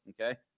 Okay